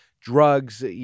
drugs